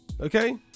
Okay